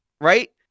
right